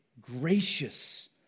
gracious